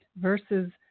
versus